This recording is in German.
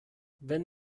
wenn